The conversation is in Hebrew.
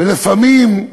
ולפעמים,